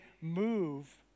move